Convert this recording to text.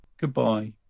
Goodbye